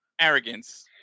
arrogance